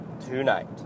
Tonight